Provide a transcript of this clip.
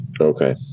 Okay